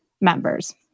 members